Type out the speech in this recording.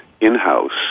in-house